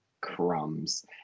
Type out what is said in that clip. crumbs